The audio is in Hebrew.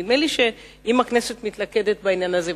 נדמה לי שאם הכנסת מתלכדת בעניין הזה,